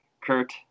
Kurt